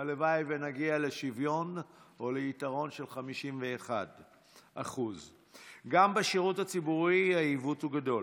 הלוואי שנגיע לשוויון או ליתרון של 51%. גם בשירות הציבורי העיווּת הוא גדול: